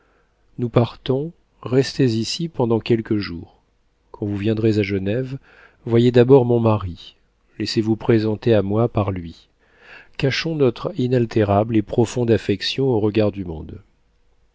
nous partons restez ici pendant quelques jours quand vous viendrez à genève voyez d'abord mon mari laissez-vous présenter à moi par lui cachons notre inaltérable et profonde affection aux regards du monde